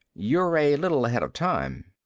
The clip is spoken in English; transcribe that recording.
you're a little ahead of time.